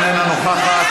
איננה נוכחת.